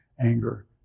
anger